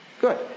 Good